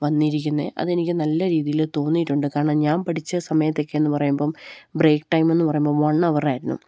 വന്നിരിക്കുന്നത് അതെനിക്ക് നല്ല രീതിയില് തോന്നിയിട്ടുണ്ട് കാരണം ഞാൻ പഠിച്ച സമയത്തൊക്കെയെന്ന് പറയുമ്പോള് ബ്രേക്ക് ടൈമെന്ന് പറയുമ്പോള് വൺ അവറായിരുന്നു